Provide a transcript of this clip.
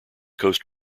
coast